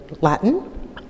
Latin